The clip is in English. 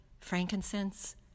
frankincense